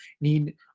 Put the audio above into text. need